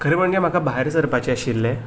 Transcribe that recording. खरें म्हणजे म्हाका भायर सरपाचें आशिल्लें